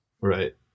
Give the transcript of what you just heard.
Right